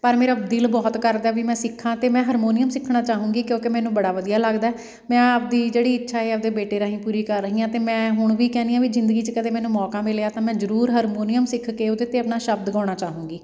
ਪਰ ਮੇਰਾ ਦਿਲ ਬਹੁਤ ਕਰਦਾ ਵੀ ਮੈਂ ਸਿੱਖਾਂ ਅਤੇ ਮੈਂ ਹਰਮੋਨੀਅਮ ਸਿੱਖਣਾ ਚਾਹੂੰਗੀ ਕਿਉਂਕਿ ਮੈਨੂੰ ਬੜਾ ਵਧੀਆ ਲੱਗਦਾ ਮੈਂ ਆਪਣੀ ਜਿਹੜੀ ਇੱਛਾ ਹੈ ਆਪਣੇ ਬੇਟੇ ਰਾਹੀਂ ਪੂਰੀ ਕਰ ਰਹੀ ਹਾਂ ਅਤੇ ਮੈਂ ਹੁਣ ਵੀ ਕਹਿੰਦੀ ਹਾਂ ਵੀ ਜ਼ਿੰਦਗੀ 'ਚ ਕਦੇ ਮੈਨੂੰ ਮੌਕਾ ਮਿਲਿਆ ਤਾਂ ਮੈਂ ਜ਼ਰੂਰ ਹਰਮੋਨੀਅਮ ਸਿੱਖ ਕੇ ਉਹਦੇ 'ਤੇ ਆਪਣਾ ਸ਼ਬਦ ਗਾਉਣਾ ਚਾਹੂੰਗੀ